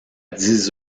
dix